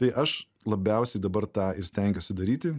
tai aš labiausiai dabar tą ir stengiuosi daryti